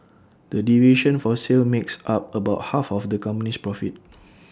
the division for sale makes up about half of the company's profit